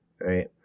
right